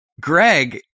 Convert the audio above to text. Greg